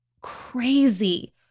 crazy